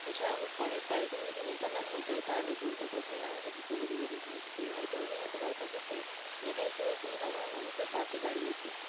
এছাড়াও অনেক কয়েকজন যদি নেতার নাম বলতে হয় তাহলে বলতে হয় প্রথমেই নাম হচ্ছে দীপক অধিকারী হ্যাঁ সে হয়তো অভিনেতা তার পাশে সে নেতা হিসাবেও কিন্তু সাধারণ মানুষের পাশে দাঁড়িয়েছে